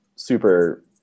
super